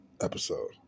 episode